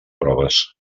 proves